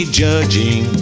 judging